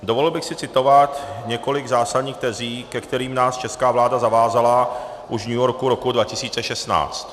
Dovolil bych si citovat několik zásadních tezí, ke kterým nás česká vláda zavázala už v New Yorku roku 2016: